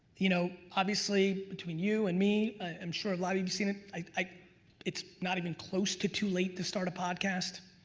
you know obviously, between you and me i'm sure a lot of you seen it, like it's not even close to too late to start a podcast.